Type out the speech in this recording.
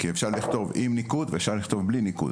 כי אפשר לכתוב עם ניקוד ואפשר לכתוב בלי ניקוד,